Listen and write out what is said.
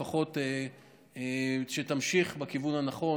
לפחות שתמשיך בכיוון הנכון.